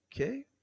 okay